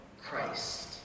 Christ